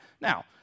Now